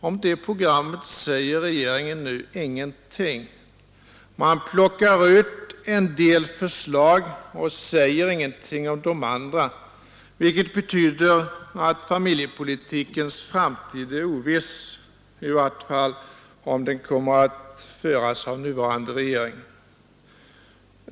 Om detta program säger regeringen nu ingenting. Man plockar ut en del förslag och säger ingenting om de övriga, vilket betyder att familjepolitikens framtid är oviss, i varje fall om den kommer att föras av nuvarande regering.